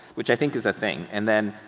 which i think is a thing, and then,